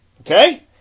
Okay